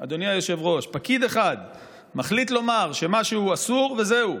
אדוני היושב-ראש, מחליט לומר שמשהו אסור, וזהו.